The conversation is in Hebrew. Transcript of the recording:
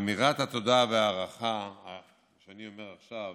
לאמירת התודה וההערכה שאני אומר עכשיו